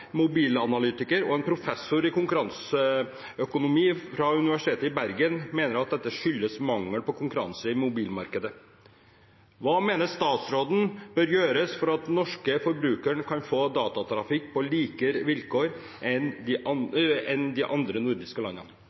mobilanalytiker og en professor i konkurranseøkonomi fra Universitetet i Bergen mener at dette skyldes mangel på konkurranse i mobilmarkedet. Hva mener statsråden bør gjøres for at norske forbrukere kan få datatrafikk på likere vilkår med de